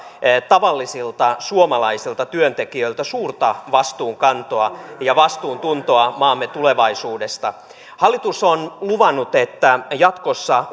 tavallisilta suomalaisilta työntekijöiltä suurta vastuunkantoa ja vastuuntuntoa maamme tulevaisuudesta hallitus on luvannut että jatkossa